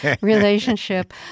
relationship